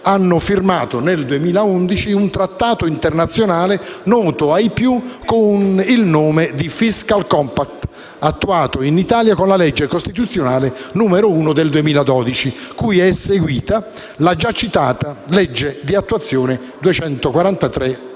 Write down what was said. hanno firmato nel 2011 un trattato internazionale noto ai più con il nome di *fiscal compact*, attuato in Italia con la legge costituzionale n. 1 del 2012, cui è seguita la già citata legge di attuazione n.